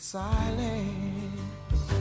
silence